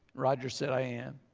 roger said i am.